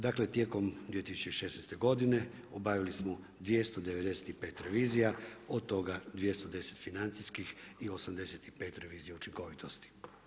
Dakle, tijekom 2016. godine, obavili smo 295 revizija, od toga 210 financijskih i 85 revizija učinkovitosti.